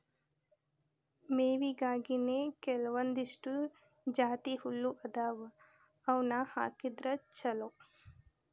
ಮೇವಿಗಾಗಿನೇ ಕೆಲವಂದಿಷ್ಟು ಜಾತಿಹುಲ್ಲ ಅದಾವ ಅವ್ನಾ ಹಾಕಿದ್ರ ಚಲೋ